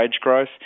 growth